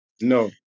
No